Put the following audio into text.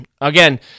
again